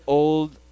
old